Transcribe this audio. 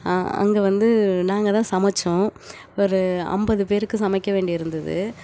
அங்கே வந்து நாங்கள்தான் சமைச்சோம் ஒரு ஐம்பது பேருக்கு சமைக்க வேண்டி இருந்தது